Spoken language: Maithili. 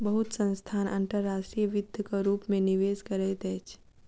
बहुत संस्थान अंतर्राष्ट्रीय वित्तक रूप में निवेश करैत अछि